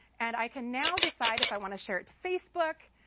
and i can now decide if i want to share it to facebook,